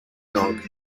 dog